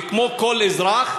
כמו כל אזרח?